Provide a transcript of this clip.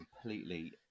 completely